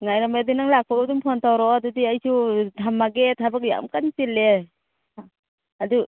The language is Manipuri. ꯉꯥꯏꯔꯝꯃꯗꯤ ꯅꯪ ꯂꯥꯛꯄꯒ ꯑꯗꯨꯝ ꯐꯣꯟ ꯇꯧꯔꯛꯑꯣ ꯑꯗꯨꯗꯤ ꯑꯩꯁꯨ ꯊꯝꯃꯒꯦ ꯊꯕꯛ ꯌꯥꯝ ꯀꯟ ꯆꯤꯜꯂꯦ ꯑꯗꯨ